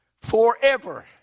forever